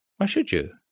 why should you?